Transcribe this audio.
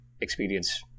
experience